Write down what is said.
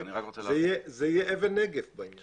זה יהיה אבן נגף בעניין הזה.